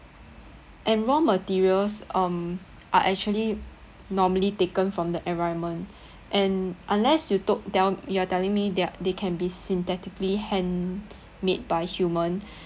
and raw materials um are actually normally taken from the environment and unless you told tell you are telling me they're they can be synthetically hand made by human